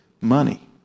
money